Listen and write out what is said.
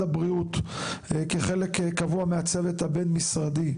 הבריאות כחלק קבוע מהצוות הבין משרדי,